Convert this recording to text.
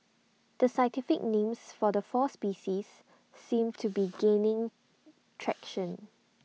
the scientific names for the four species seem to be gaining traction